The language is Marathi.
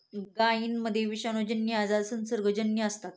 गायींमध्ये विषाणूजन्य आजार संसर्गजन्य असतात